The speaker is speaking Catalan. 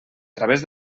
través